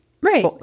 Right